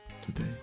today